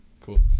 cool